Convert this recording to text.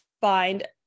find